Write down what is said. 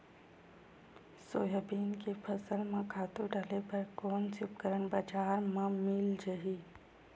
Soybean के फसल म खातु डाले बर कोन से उपकरण बजार म मिल जाहि?